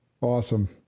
Awesome